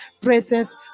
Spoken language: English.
presence